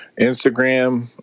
Instagram